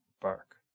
bark